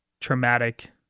traumatic